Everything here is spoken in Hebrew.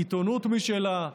עיתונות משלה,